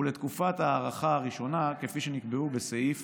ולתקופת ההארכה הראשונה כפי שנקבעו בסעיף